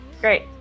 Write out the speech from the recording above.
Great